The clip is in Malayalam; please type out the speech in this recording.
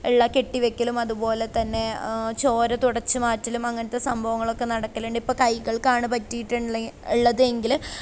ഉള്ള കെട്ടിവെക്കലും അതുപോലെതന്നെ ചോര തുടച്ചുമാറ്റലും അങ്ങനത്തെ സംഭവങ്ങളൊക്കെ നടക്കലുണ്ട് ഇപ്പം കൈകൾക്കാണ് പറ്റിയിട്ടുള്ളത് ഉള്ളതെങ്കിൽ